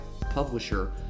publisher